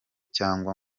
cyangwa